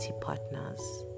partners